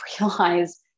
realize